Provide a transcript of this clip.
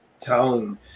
tone